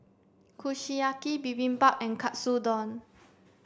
Kushiyaki Bibimbap and Katsudon